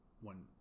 one